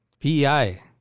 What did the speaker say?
PEI